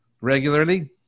regularly